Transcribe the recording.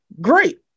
great